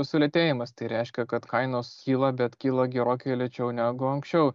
sulėtėjimas tai reiškia kad kainos kyla bet kyla gerokai lėčiau negu anksčiau